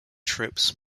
trips